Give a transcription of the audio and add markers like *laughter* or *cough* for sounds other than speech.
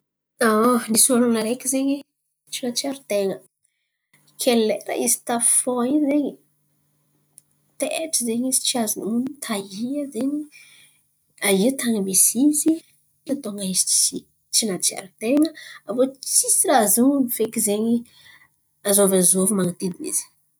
*hesitation* Ny olon̈o areky izen̈y tsy nahatsiaro-ten̈a, kay lera izy tafy fôha in̈y zen̈y. Taitry izy tsy nazony honon̈o taia zen̈y, aia atany misy izy. Natônga izy tsy tsy nahatsiaro-ten̈a, avô tsisy raha azo honon̈o feky zen̈y azovy azovy manodidina izy.